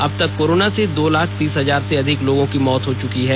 अब तक कोरोना से दो लाख तीस हजार से अधिक लोगों की मौत हो चुकी है